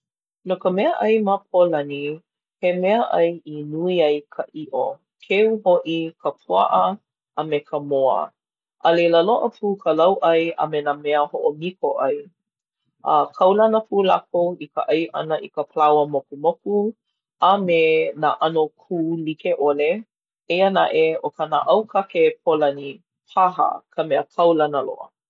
No ka meaʻai ma Pōlani, he meaʻai i nui ai ka ʻiʻo, keu hoʻi ka puaʻa a me ka moa. A leila loaʻa pu ka lauʻai a me nā mea hoʻomiko ʻai. A kaulana pū lākou i ka ʻai ʻana i ka palaoa mokumoku a me nā ʻano kū like ʻole. Eia naʻe ʻo ka naʻaukake Pōlani paha ka mea kaulana loa.